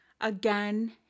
Again